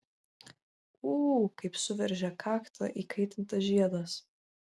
ū kaip suveržė kaktą įkaitintas žiedas